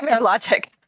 logic